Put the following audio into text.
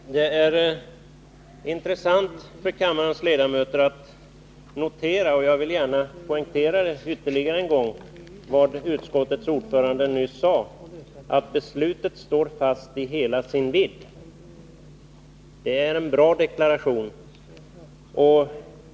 Fru talman! Det är intressant för kammarens ledamöter att notera — jag vill gärna poängtera det ännu en gång — att beslutet i hela sin vidd står fast. Det var en bra deklaration utskottets ordförande nyss gjorde.